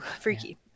freaky